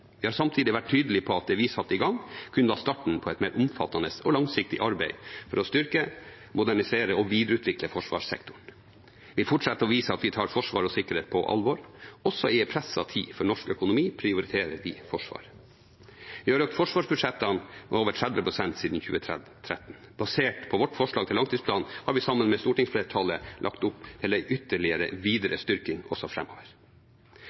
Vi har samtidig vært tydelige på at det vi satte i gang, kun var starten på et mer omfattende og langsiktig arbeid for å styrke, modernisere og videreutvikle forsvarssektoren. Vi fortsetter å vise at vi tar forsvar og sikkerhet på alvor. Også i en presset tid for norsk økonomi prioriterer vi forsvar. Vi har økt forsvarsbudsjettene med over 30 pst. siden 2013. Basert på vårt forslag til langtidsplan har vi sammen med stortingsflertallet lagt opp til en ytterligere styrking også